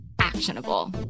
actionable